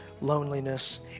loneliness